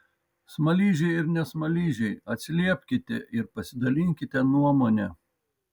smaližiai ir ne smaližiai atsiliepkite ir pasidalinkite nuomone